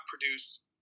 produce